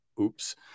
Oops